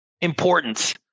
importance